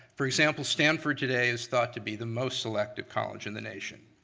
for example, stanford today is thought to be the most selective college in the nation.